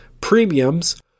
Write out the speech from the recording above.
premiums